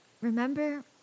Remember